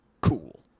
cool